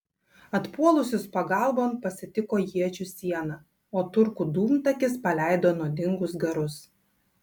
atpuolusius pagalbon pasitiko iečių siena o turkų dūmtakis paleido nuodingus garus